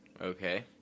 Okay